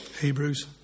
Hebrews